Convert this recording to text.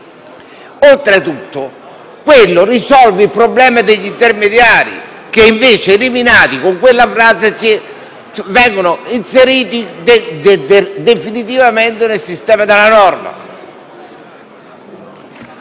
Oltretutto questo risolve il problema degli intermediari, che invece, eliminati con quella frase, vengono inseriti definitivamente nel sistema della norma.